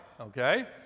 okay